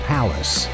Palace